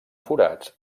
forats